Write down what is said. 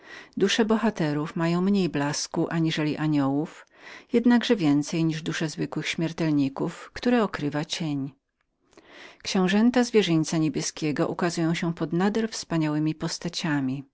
dusze bohaterów mają mniej blasku aniżeli aniołów jednakże więcej niż dusze zwykłych śmiertelników które są nader zacienione skutkami materyalnego cieniu książęta zwierzyńca niebieskiego przedstawiają się pod nader wspaniałemi postaciami